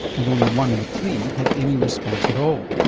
and only one in three had any response at all.